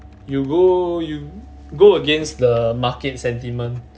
you go you go against the market sentiment